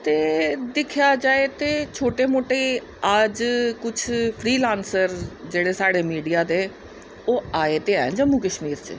ते दिक्खेआ जाए ते छोटे मोटे फ्री लांसरस मिडिया दे ओह आए ते हैन जम्मू कश्मीर च